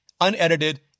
unedited